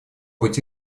быть